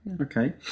okay